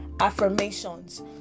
affirmations